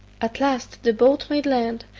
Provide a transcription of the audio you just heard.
at last the boat made land,